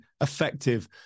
effective